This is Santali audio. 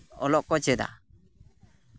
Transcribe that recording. ᱚᱞᱚᱜ ᱠᱚ ᱪᱮᱫᱟ